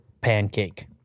pancake